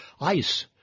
Ice